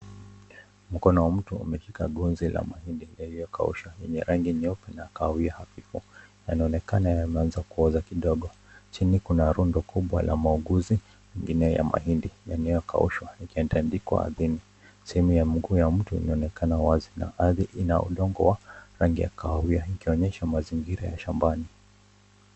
Mkono wa mtu umeshika ngozi la mahindi iliyokashwa ya rangi nyeupe yanaonekana yameanza kuoza kidogo .Chini kuna rundo kubwa la mahindi mengi yaliyokaushwa na kutandikwa ardhini na mguu ya mtu inaonekana wazi na ardhi ina rangi ya udongo yakawia. Inaonyesha mazingira ya shambani.